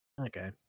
okay